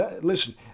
listen